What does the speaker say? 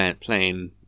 playing